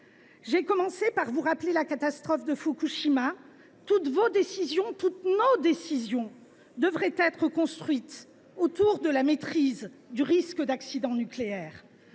J’ai commencé par vous rappeler la catastrophe de Fukushima, parce que toutes vos décisions, toutes nos décisions, devraient être construites autour de la maîtrise du risque d’accident nucléaire.